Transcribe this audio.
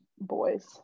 boys